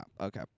Okay